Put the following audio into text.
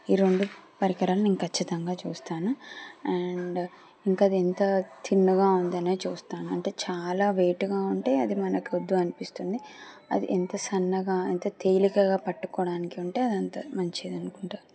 ఈ రెండు పరికరాలు ఇంక ఖచ్చితంగా చూస్తాను అండ్ ఇంకది ఎంత సన్నగా ఉందనే చూస్తాను అంటే చాలా వెయిట్గా ఉంటే అది మనకి వద్దు అనిపిస్తుంది అది ఎంత సన్నగా ఎంత తేలికగా పట్టుకోవడానికి ఉంటే అంత మంచిది అనుకుంటాను